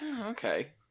Okay